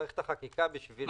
צריך את החקיקה בשביל הזה.